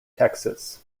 texas